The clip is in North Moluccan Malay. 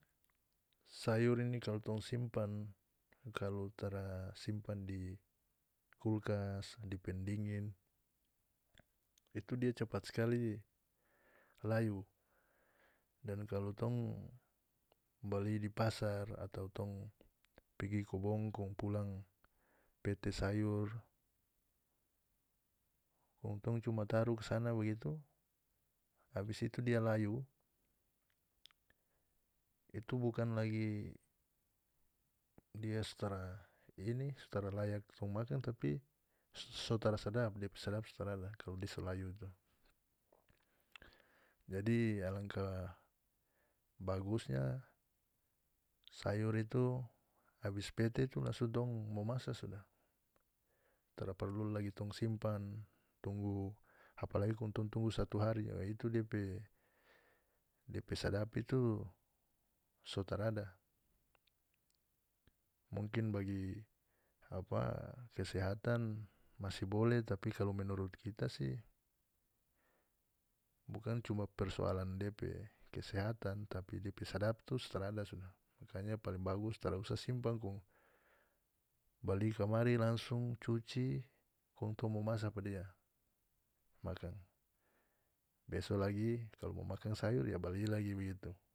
Sayur ini kalu tong simpan kalu tara simpan di kulkas di pendingin itu dia capat skali layu dan kalu tong bali di pasar atau tong pigi kobong kong pulang pete sayur kong tong cuma taru kasana bagitu abis itu dia layu itu bukan lagi dia so tara ini so tara layak tong makan tapi so tara sadap depe sadap so tarada kalu dia so layu itu jadi alangka bagusnya sayur itu abis pete itu langsung tong momasa sudah tara parlu lagi tong simpan tunggu apalagi kong tong tunggu satu hari oh itu depe depe sadap itu so tarada mungkin bagi apa kesehatan masih boleh tapi kalu menurut kita sih bukan cuma persoalan depe kesehatan tapi depe sadap tu so tarada sudah makanya paling bagus tarausa simpan kong bali kamari langsung cuci kong tong momasa pa dia makan beso lagi kalu mo makan sayur ya bali lagi bagitu.